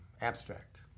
abstract